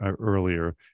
earlier